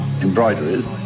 embroideries